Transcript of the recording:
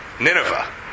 Nineveh